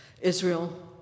Israel